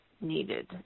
needed